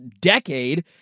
decade –